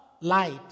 light